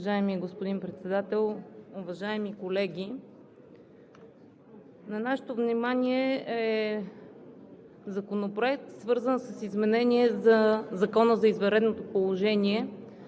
Уважаеми господин Председател, уважаеми колеги! На нашето внимание е Законопроект, свързан с изменение на Закона за извънредното положение,